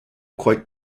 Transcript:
quite